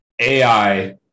AI